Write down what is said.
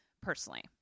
personally